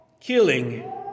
killing